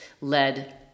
led